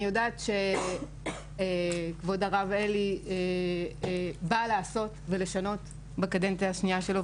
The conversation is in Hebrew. אני יודעת שכבוד הרב אלי בא לעשות ולשנות בקדנציה השנייה שלו,